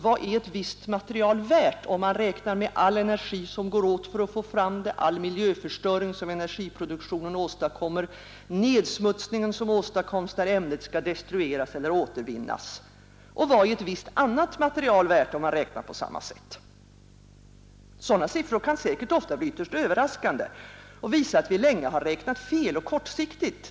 Vad är ett visst material värt, om man räknar med all energi som går åt för att få fram det, all miljöförstöring som energiproduktionen åstadkommer, nedsmutsningen som åstadkoms när ämnet skall destrueras eller återvinnas? Och vad är visst annat material värt, om man räknar på samma sätt? Sådana siffror kan säkert ofta bli ytterst överraskande och visa att vi länge räknat fel och kortsiktigt.